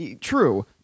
True